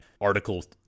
articles